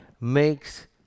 makes